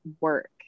work